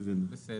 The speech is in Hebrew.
בסדר.